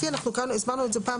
להוראות סעיף 41(א1); היום יש כזאת הפרה,